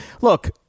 look